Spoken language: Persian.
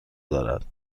دارد